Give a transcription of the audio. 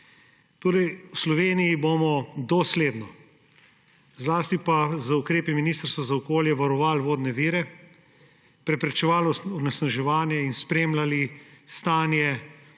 V Sloveniji bomo dosledno, zlasti pa z ukrepi Ministrstva za okolje, varovali vodne vire, preprečevali onesnaževanje in spremljali stanje